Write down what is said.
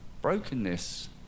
Brokenness